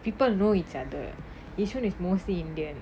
people know each other yishun is mostly indian